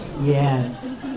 Yes